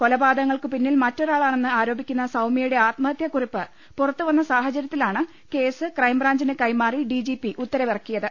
കൊലപാതകങ്ങൾക്കു പിന്നിൽ മറ്റൊരാളാണെന്ന് ആരോപിക്കുന്ന സൌമൃയുടെ ആത്മഹത്യാക്കുറിപ്പ് പുറത്തുവന്ന സാഹചര്യത്തിലാണ് കേസ് ക്രൈം ബ്രാഞ്ചിന് കൈമാറി ഡിജിപി ഉത്തരവിറക്കിയത്